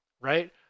right